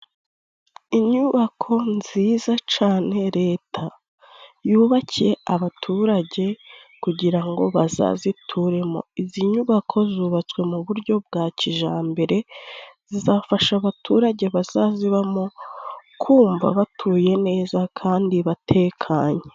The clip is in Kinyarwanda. Inyubako nziza cane leta, yubakiye abaturage kugira ngo bazazituremo, izi nyubako zubatswe mu buryo bwa kijambere, zizafasha abaturage bazazibamo kumva batuye neza, kandi batekanye.